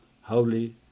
holy